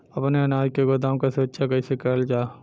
अपने अनाज के गोदाम क सुरक्षा कइसे करल जा?